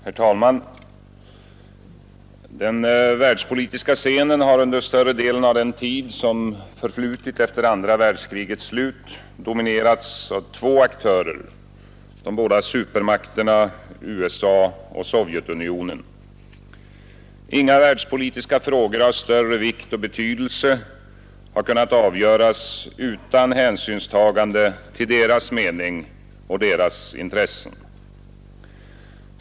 Herr talman! Den världspolitiska scenen har under större delen av den tid som förflutit efter det andra världskrigets slut dominerats av två aktörer, de båda supermakterna USA och Sovjetunionen. Inga världspolitiska frågor av större vikt och betydelse har kunnat avgöras utan hänsynstagande till deras mening och deras intressen.